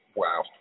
Wow